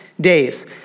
days